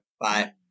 bye